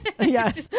Yes